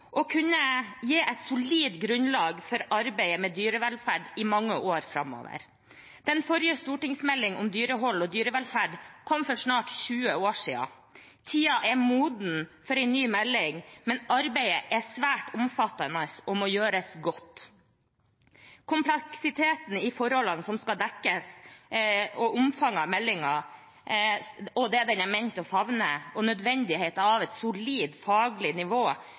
kunne gi et solid grunnlag for arbeidet med dyrevelferd i mange år framover. Den forrige stortingsmeldingen om dyrehold og dyrevelferd kom for snart 20 år siden. Tiden er moden for en ny melding, men arbeidet er svært omfattende og må gjøres godt. Kompleksiteten i forholdene som skal dekkes, og omfanget av meldingen og det den er ment å favne, og nødvendigheten av et solid faglig nivå,